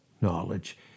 knowledge